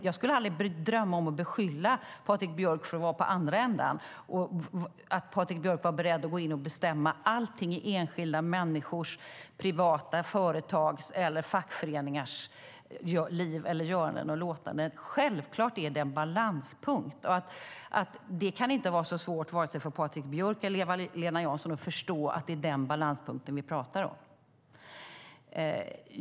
Jag skulle aldrig drömma om att beskylla Patrik Björck för att vara på andra ändan och säga att Patrik Björck var beredd att gå in och bestämma allting i enskilda människors, privata företags eller fackföreningars liv, göranden och låtanden. Självklart finns det en balanspunkt. Det kan inte vara så svårt för vare sig Patrik Björck eller Eva-Lena Jansson att förstå att det är den balanspunkten vi talar om.